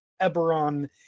Eberron